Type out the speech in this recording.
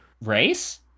race